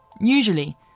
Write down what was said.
Usually